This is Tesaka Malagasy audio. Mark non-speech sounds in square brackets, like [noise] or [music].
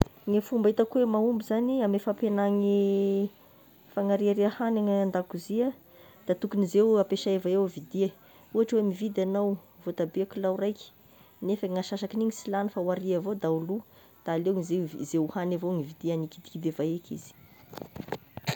Ny fomba hitako oe mahomby zagny amin'ny fampegnany [hesitation] fanariariha hagny any an-dakozia da tokony izay ho ampiasay avao no vidia, ohatry hoe mividy agnao voatabia kilao raiky, nefa ny asasakin'igny sy lany fa aria avao da ho lo, da aleo izegn- izay hoagny avao no vidia ny kidikidy da efa eika izy.